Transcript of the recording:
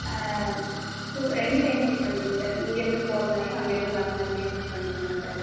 so ரெண்டு time book பண்ணிக்கோங்க sir இங்கேருந்து போகிற மாதிரியும் அங்கேருந்து வர்ற மாதிரியுமே புக் பண்ணிக்கோங்க சார்